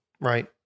right